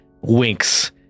winks